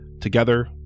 Together